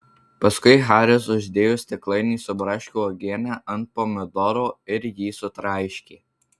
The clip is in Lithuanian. paskui haris uždėjo stiklainį su braškių uogiene ant pomidoro ir jį sutraiškė